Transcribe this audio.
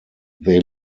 they